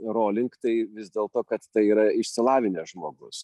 rowling tai vis dėlto kad tai yra išsilavinęs žmogus